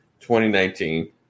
2019